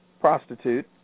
prostitute